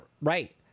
Right